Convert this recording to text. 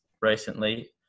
recently